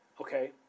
okay